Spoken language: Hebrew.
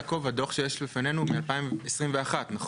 יעקב, הדוח שיש לפנינו הוא מ-2021, נכון?